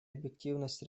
объективность